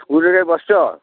ସ୍କୁଲରେ ବସିଛ